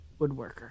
woodworker